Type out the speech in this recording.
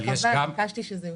אבל יש --- ביקשתי שזה יוצג.